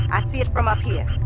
i see it from up here.